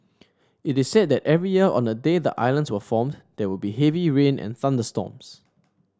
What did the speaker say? it is said that every year on the day the islands were formed there would be heavy rain and thunderstorms